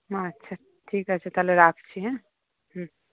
আচ্ছা ঠিক আছে তাহলে রাখছি হ্যাঁ হুম